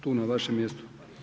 Tu na vašem mjestu.